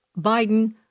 Biden